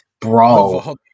bro